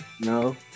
no